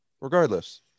regardless